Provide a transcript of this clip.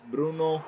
Bruno